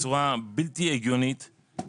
בצורה בלתי הגיונית.